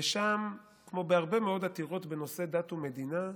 ושם, כמו בהרבה מאוד עתירות בנושא דת ומדינה,